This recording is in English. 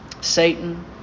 Satan